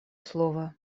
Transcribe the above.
слово